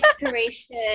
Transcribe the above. inspiration